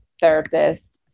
therapist